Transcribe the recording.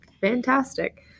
fantastic